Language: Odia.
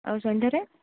ଆଉ ସନ୍ଧ୍ୟାରେ